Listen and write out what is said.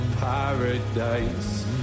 paradise